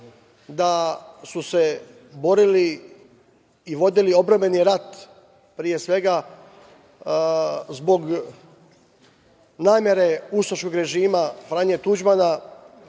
da su se borili i vodili odbrambeni rat pre svega zbog namere ustaškog režima Franje Tuđmana,